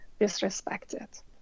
disrespected